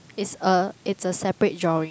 is a it's a separate drawing